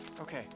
Okay